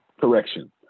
correction